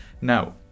now